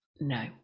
no